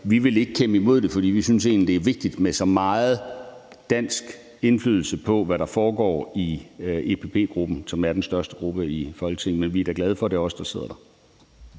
Vi vil ikke kæmpe imod det, fordi vi egentlig synes, at det er vigtigt med så meget dansk indflydelse som muligt på, hvad der foregår i EPP-gruppen, som er den største gruppe i Europa-Parlamentet. Men vi er da glade for, at det er os, der sidder der.